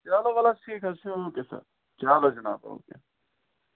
چلو وَلہٕ حظ ٹھیٖک حظ چھُ او کے سَر چلو جِناب او کے